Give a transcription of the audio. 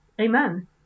amen